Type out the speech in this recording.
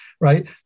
right